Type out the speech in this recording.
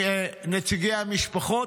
ונציגי המשפחות.